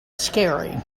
scary